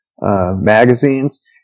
magazines